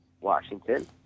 Washington